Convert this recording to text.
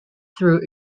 through